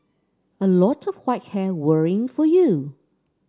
a lot of white hair worrying for you